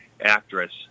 actress